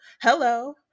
Hello